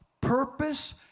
purpose